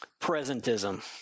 presentism